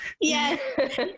Yes